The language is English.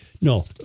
No